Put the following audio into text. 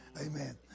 Amen